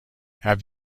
have